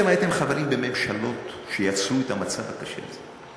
אתם הייתם חברים בממשלות שיצרו את המצב הקשה הזה.